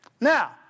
Now